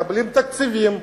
מקבלים תקציבים,